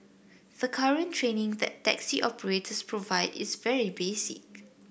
the current training that taxi operators provide is very basic